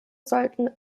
sollten